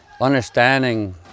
understanding